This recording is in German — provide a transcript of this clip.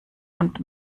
und